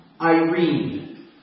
Irene